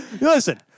listen